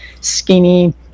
skinny